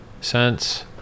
cents